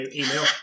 email